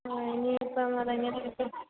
ആ ഇനി ഇപ്പം അതെങ്ങനെ കിട്ടും